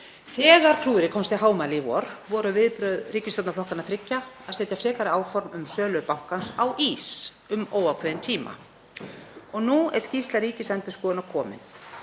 Þegar klúðrið komst í hámæli í vor voru viðbrögð ríkisstjórnarflokkanna þriggja að setja frekari áform um sölu bankans á ís um óákveðinn tíma. Nú er skýrsla Ríkisendurskoðunar komin.